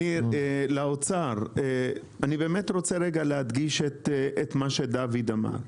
אני רוצה להדגיש את מה שדוד אמר.